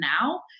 now